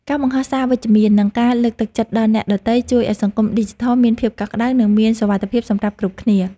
ការបង្ហោះសារវិជ្ជមាននិងការលើកទឹកចិត្តដល់អ្នកដទៃជួយឱ្យសង្គមឌីជីថលមានភាពកក់ក្តៅនិងមានសុវត្ថិភាពសម្រាប់គ្រប់គ្នា។